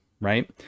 right